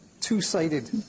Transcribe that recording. two-sided